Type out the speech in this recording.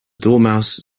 dormouse